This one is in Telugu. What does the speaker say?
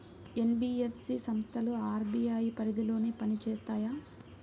ఎన్.బీ.ఎఫ్.సి సంస్థలు అర్.బీ.ఐ పరిధిలోనే పని చేస్తాయా?